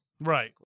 right